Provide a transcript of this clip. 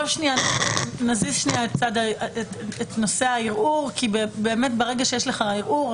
נזיז שנייה את נושא הערעור כי ברגע שיש לך ערעור,